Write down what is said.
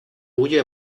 huye